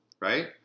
Right